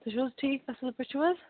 تُہۍ چھِو حظ ٹھیٖک اصٕل پٲٹھۍ چھِو حظ